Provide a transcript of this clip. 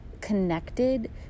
connected